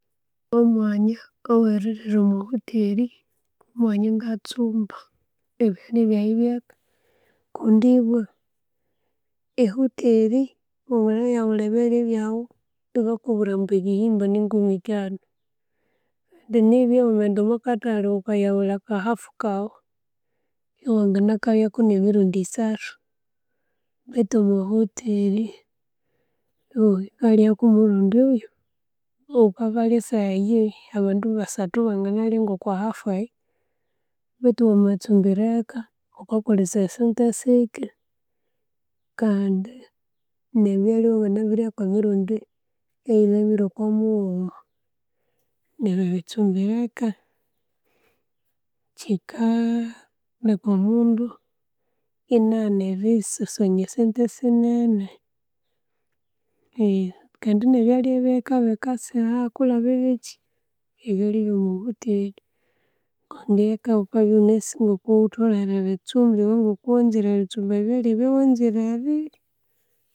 Omwanya oweririra omwa hoteri kumwanya ingatsumba ebyalya byaghi byeka kundi bwa, ehuteri wangayaghulha ebyalya byaghu ibakubwira ambu ebihimba ni ngumi ethanu. Nibya wamaghenda omwakathale ghukayaghulha akahafu kaghu, iwangana kalyaku nemirundi esaathu beithu omwa hoteri ighukikalyaku omurundi oyo nughukabalya esaha eyu abanbu basaathu banganalya ngwo'okwa hafu eyuu. Beithu wamatsumbira eka ghukakolesaya sente sike kandi nebyalya iwanganabiryaku kwemirundi eyilhabire kwa mughuma. Neryu erithumbira eka chikaleka omundu inaghana erisasanya esenti sinene eehh kandi nebyalya byeka biika siha kulabba ebyachi? Ebyalya byo'omuhuteri, kandi eka ghukabya ghunasi ngoko ghutholhere eritsumba iwe ngoko ghutholhere erithumba ebyalya byo'wanzire erirya.